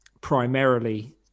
primarily